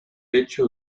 pecho